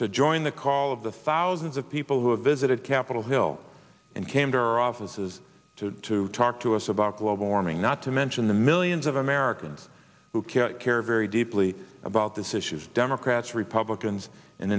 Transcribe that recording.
to join the call of the thousands of people who have visited capitol hill and came to our offices to to talk to us about global warming not to mention the millions of americans who can care very deeply about this issue as democrats republicans and